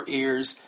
ears